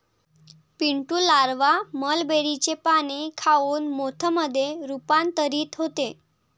Pintu larva मलबेरीचे पाने खाऊन मोथ मध्ये रूपांतरित होते